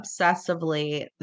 obsessively